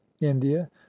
india